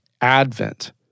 advent